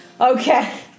Okay